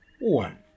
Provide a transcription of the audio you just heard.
One